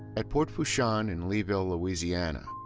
at port fourchon, in leeville, louisiana,